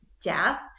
death